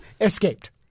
escaped